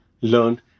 learn